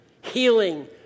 healing